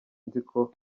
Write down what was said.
nziko